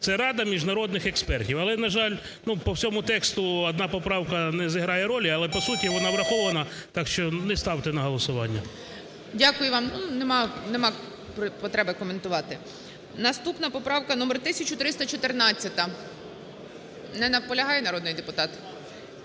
– рада міжнародних експертів. Але на жаль, по всьому тексту одна поправка не зіграє ролі. Але по суті вона врахована, так що не ставте на голосування. ГОЛОВУЮЧИЙ. Дякую вам. Нема потреби коментувати. Наступна поправка - номер 1314. Не наполягає народний депутат?